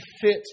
fit